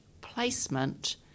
placement